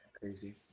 Crazy